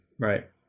right